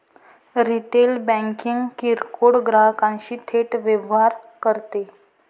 retail banking किरकोळ ग्राहकांशी थेट व्यवहार करते